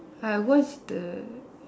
I watch the